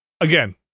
again